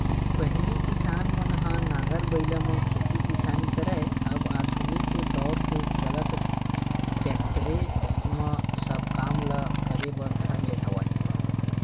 पहिली किसान मन ह नांगर बइला म खेत किसानी करय अब आधुनिक दौरा के चलत टेक्टरे म सब काम ल करे बर धर ले हवय